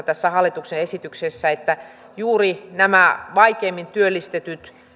tässä hallituksen esityksessä tuntuu kummalliselta että juuri näille vaikeimmin työllistyville